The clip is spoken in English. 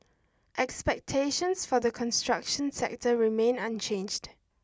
expectations for the construction sector remain unchanged